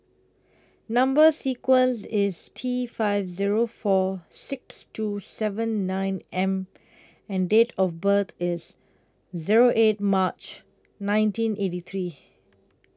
Number sequence IS T five Zero four six two seven nine M and Date of birth IS Zero eight March nineteen eighty three